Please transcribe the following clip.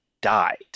died